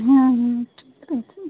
হ্যাঁ হ্যাঁ ঠিক আছে